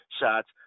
shots